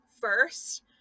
first